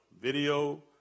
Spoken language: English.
video